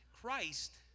Christ